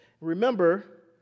Remember